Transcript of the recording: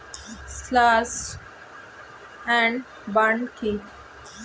Slash and burn কি?